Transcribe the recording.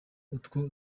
utwo